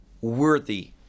worthy